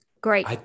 Great